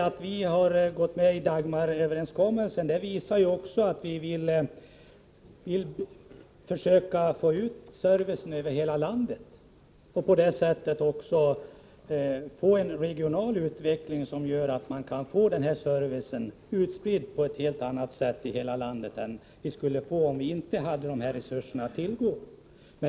Att vi har gått med på Dagmaröverenskommelsen visar att vi vill försöka få bra service över hela landet och på så vis få en regional utveckling som innebär att servicen blir utspridd på ett helt annat sätt än den skulle bli om vi inte hade dessa resurser att tillgå.